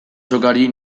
sokari